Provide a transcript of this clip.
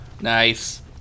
Nice